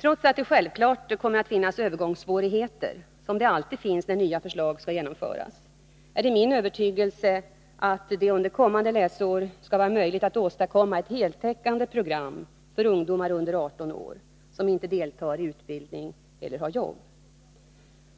Trots att det självfallet kommer att finnas övergångssvårigheter — som det alltid finns när nya förslag skall genomföras — är det min övertygelse att det under kommande läsår skall vara möjligt att åstadkomma ett heltäckande program för ungdomar under 18 år som inte deltar i utbildning eller har jobb.